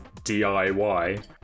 DIY